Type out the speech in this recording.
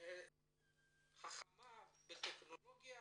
חכמה בטכנולוגיה